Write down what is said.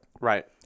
right